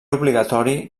obligatori